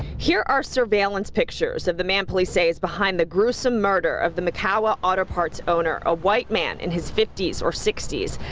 here are surveillance pictures of the man police say is behind the gruesome murder of the mykawa auto parts owner, a white man in his fifty s or sixty s.